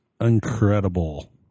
incredible